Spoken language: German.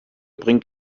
bringt